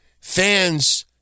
fans